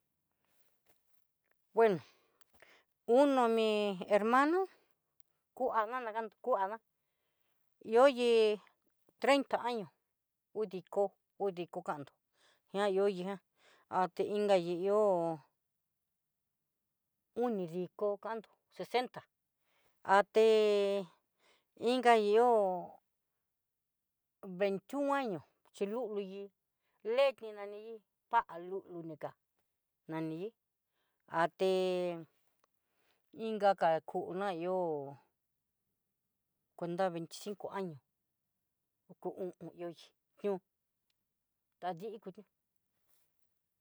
Bueno uno mi hermano, kuana nakando kuana ihó hí treinta año udiko udiko kando ña ihó nigan até inga ni ihó unidiko kando sesenta, até inga ihó veinti un año xhi luluyi leihi nani hí pa lulu nika nani até inga ka kuna yo'o, konda veinti cinco año oko o'on yoyi ño tadii u'ña.